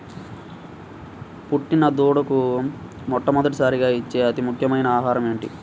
పుట్టిన దూడకు మొట్టమొదటిసారిగా ఇచ్చే అతి ముఖ్యమైన ఆహారము ఏంటి?